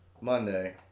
Monday